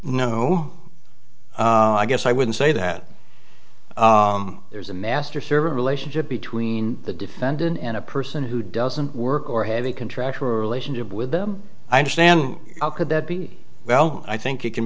no i guess i wouldn't say that there's a master servant relationship between the defendant and a person who doesn't work or have a contractual relationship with them i understand how could that be well i think it can